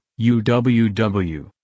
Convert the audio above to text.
UWW